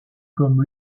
comme